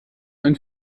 einen